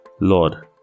Lord